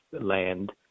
land